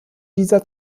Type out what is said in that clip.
dieser